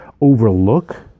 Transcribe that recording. overlook